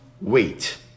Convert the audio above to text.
Wait